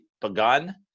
begun